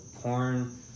porn